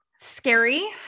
scary